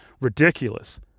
ridiculous